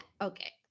Okay